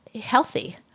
healthy